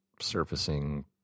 surfacing